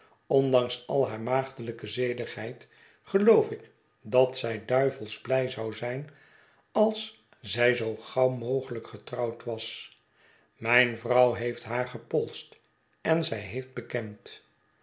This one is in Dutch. ondanks al haar maagdelijke zedigheid geloof ik dat zij duivelsch blij zou zijn als zij zoo gauw mogelijk getrouwd was mijn vrouw heeft haar gepolst en zij heeft bekend